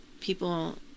people